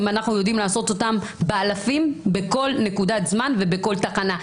אם אנחנו יודעים לעשות באלפים בכל נקודת זמן ובכל תחנה.